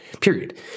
period